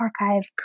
archive